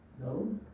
no